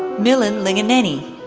milind lingineni,